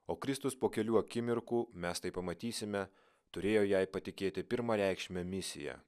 o kristus po kelių akimirkų mes tai pamatysime turėjo jai patikėti pirmareikšmę misiją